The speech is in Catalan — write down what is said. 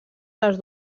les